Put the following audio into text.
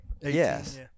Yes